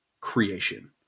creation